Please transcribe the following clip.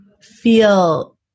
feel